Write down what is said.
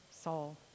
soul